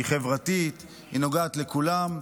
היא חברתית, והיא נוגעת לכולם.